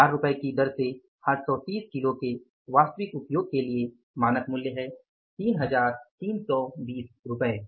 4 रूपए की दर से 830 किलो के वास्तविक उपयोग के लिए मानक मूल्य है 3320 रुपये